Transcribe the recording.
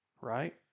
Right